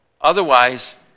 Otherwise